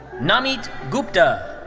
namit gupta.